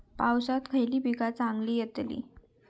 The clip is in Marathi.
पावसात खयली पीका चांगली येतली?